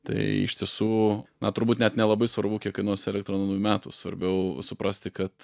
tai iš tiesų na turbūt net nelabai svarbu kiek kainuos elektra nuo naujų metų svarbiau suprasti kad